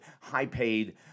high-paid